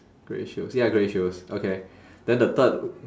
grey shoes ya grey shoes okay then the third